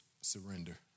surrender